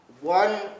one